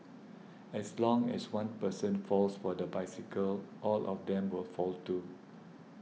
as long as one person falls for the bicycle all of them will fall too